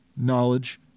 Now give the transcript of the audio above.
knowledge